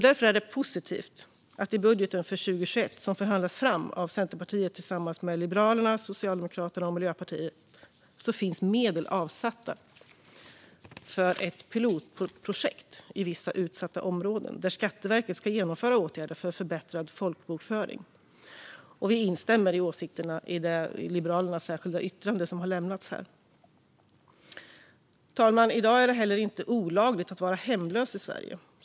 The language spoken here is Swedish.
Därför är det positivt att det i budgeten för 2021, som förhandlats fram av Centerparet tillsammans med Liberalerna, Socialdemokraterna och Miljöpartiet, finns medel avsatta för ett pilotprojekt i vissa utsatta områden, där Skatteverket ska genomföra åtgärder för förbättrad folkbokföring. Vi instämmer i åsikterna i det särskilda yttrande som Liberalerna har lämnat. Fru talman! I dag är det heller inte olagligt att vara hemlös i Sverige.